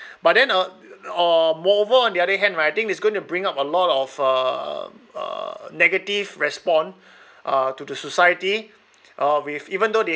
but then uh uh moreover on the other hand right I think it's going to bring up a lot of um uh negative respond uh to the society uh with even though they